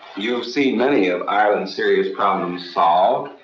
you've seen many of ireland's serious problems solved.